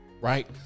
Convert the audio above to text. right